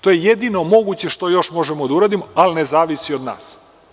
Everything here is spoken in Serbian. To je jedino moguće što još možemo da uradimo, ali ne zavisi od nas.